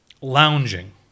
Lounging